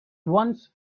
once